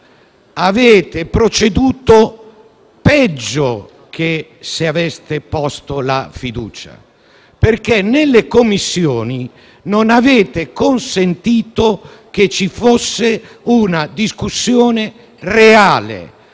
avete proceduto peggio che se aveste posto la fiducia, perché nelle Commissioni non avete consentito che ci fosse una discussione reale.